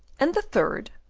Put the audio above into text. and the third?